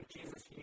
Jesus